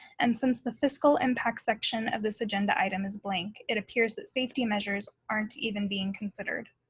and since the fiscal impact section of this agenda item is blank, it appears that safety measures aren't even being considered.